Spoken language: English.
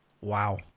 Wow